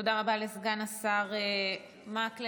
תודה רבה לסגן השר מקלב.